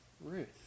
Ruth